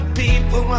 people